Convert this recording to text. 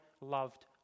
loved